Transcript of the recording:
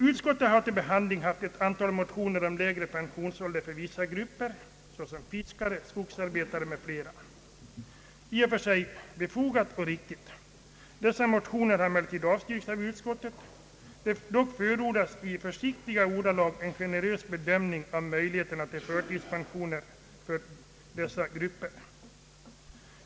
Utskottet har till behandling haft ett antal motioner om lägre pensionsålder för vissa grupper — fiskare, skogsarbetare m.fl. Dessa krav är i och för sig befogade och riktiga, men motionerna har avstyrkts av utskottet. Dock förordas i försiktiga ordalag en generös bedömning av möjligheterna till förtidspensioner för dessa grupper.